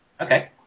Okay